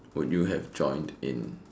would you have joined in